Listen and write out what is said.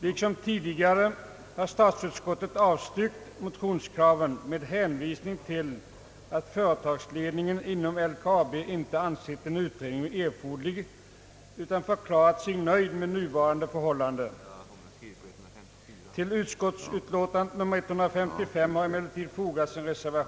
Liksom tidigare har statsutskottet nu avstyrkt motions kravet med en hänvisning till att företagsledningen inom LKAB inte har ansett en utredning erforderlig utan förklarat sig nöjd med nuvarande förhållanden.